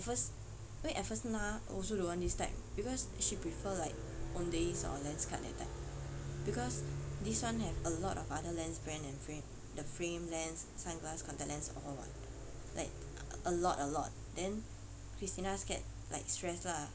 at first 因为 at first na also don't want this type because she prefer like Owndays or Lenskart that type because this [one] have a lot of other lens brand and frame the frame lens sunglass contact lens or [what] like a lot a lot then christina scared like stressed lah